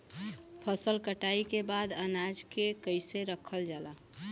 फसल कटाई के बाद अनाज के कईसे रखल जाला?